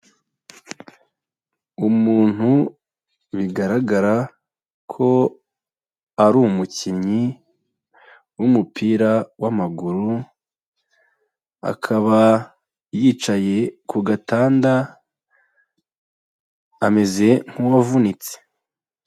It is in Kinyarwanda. Umuntu bigaragara ko ari umukinnyi w'umupira w'amaguru, akaba yicaye ku gatanda ameze nk'uwavunitse.